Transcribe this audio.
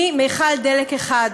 ממכל דלק אחד.